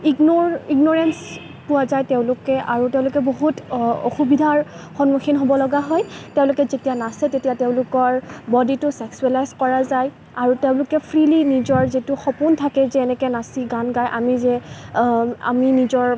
ignore ইগন'ৰেঞ্চ পোৱা যায় তেওঁলোকে আৰু তেওঁলোকে বহুত অসুবিধাৰ সন্মুখীন হ'ব লগা হয় তেওঁলোকে যেতিয়া নাচে তেতিয়া তেওঁলোকৰ বডিটো চেক্সোৱেলাইচ কৰা যায় আৰু তেওঁলোকে ফ্ৰীলি নিজৰ যিটো সপোন থাকে যে এনেকে নাচিম গান গাই আমি যে আমি নিজৰ